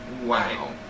Wow